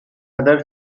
other